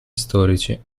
storici